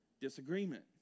Disagreement